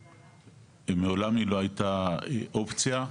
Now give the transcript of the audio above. מעולם היא לא הייתה אופציה,